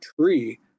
tree